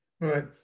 Right